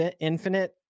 infinite